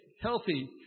healthy